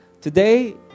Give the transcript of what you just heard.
today